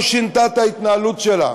לא שינתה את ההתנהלות שלה.